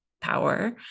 power